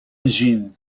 jin